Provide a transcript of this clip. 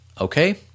Okay